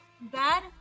bad